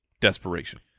desperation